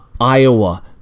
Iowa